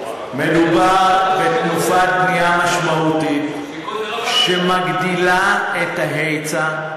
מדובר בתנופת בנייה משמעותית שמגדילה את ההיצע,